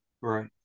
Right